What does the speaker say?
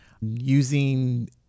using